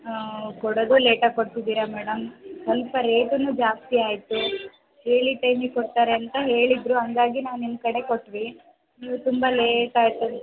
ಕೊಡೋದು ಲೇಟಾಗಿ ಕೊಡ್ತಿದ್ದೀರ ಮೇಡಮ್ ಸ್ವಲ್ಪ ರೇಟುನು ಜಾಸ್ತಿ ಆಯಿತು ಹೇಳಿದ ಟೈಮಿಗೆ ಕೊಡ್ತಾರೆ ಅಂತ ಹೇಳಿದರು ಹಾಗಾಗಿ ನಾವು ನಿಮ್ಮ ಕಡೆ ಕೊಟ್ವಿ ನೀವು ತುಂಬ ಲೇಟ್ ಆಯಿತು